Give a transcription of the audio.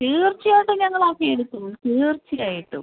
തീർച്ചയായിട്ടും ഞങ്ങൾ ഓക്കെ എടുക്കും തീർച്ചയായിട്ടും